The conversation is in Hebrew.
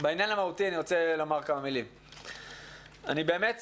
בעניין המהותי אני רוצה לומר: אני באמת שמח,